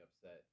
upset